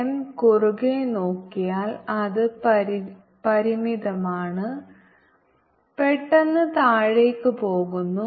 M കുറുകെ നോക്കിയാൽ അത് പരിമിതമാണ് പെട്ടെന്ന് താഴേക്ക് പോകുന്നു